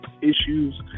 issues